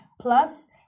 Plus